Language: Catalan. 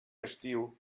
estiu